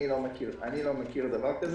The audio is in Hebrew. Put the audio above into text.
אני לא מכיר דבר כזה.